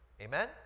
Amen